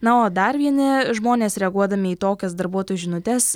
na o dar vieni žmonės reaguodami į tokias darbuotojų žinutes